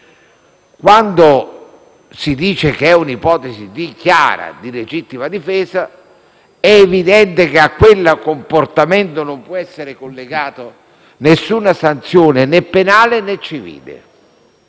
quando si dice che è un'ipotesi chiara di legittima difesa, è evidente che a quel comportamento non può essere collegata alcuna sanzione, né penale né civile,